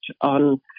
on